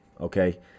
okay